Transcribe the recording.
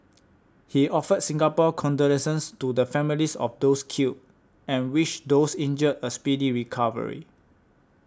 he offered Singapore's condolences to the families of those killed and wished those injured a speedy recovery